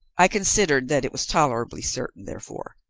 i considered that it was tolerably certain, therefore,